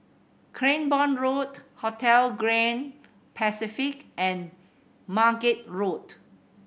Cranborne Road Hotel Grand Pacific and Margate Road